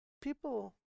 people